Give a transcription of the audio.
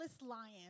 lion